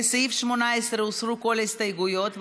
לסעיף 18 הוסרו כל ההסתייגויות,